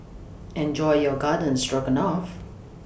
Enjoy your Garden Stroganoff